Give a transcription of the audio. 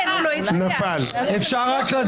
אני רוצה לשמוע את התשובה לשאילתות.